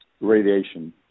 radiation